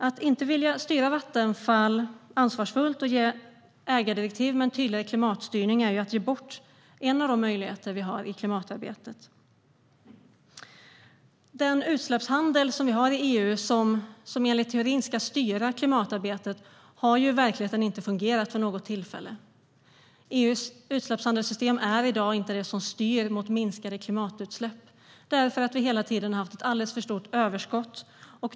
Att inte vilja styra Vattenfall ansvarsfullt och ge ägardirektiv med tydligare klimatstyrning är att ge bort en av de möjligheter som vi har i klimatarbetet. Den utsläppshandel som vi har i EU, som enligt teorin ska styra klimatarbetet, har i verkligheten inte fungerat vid något tillfälle. EU:s utsläppshandelssystem är i dag inte det som styr mot minskade klimatutsläpp eftersom vi hela tiden har haft ett alldeles för stort överskott.